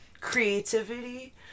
creativity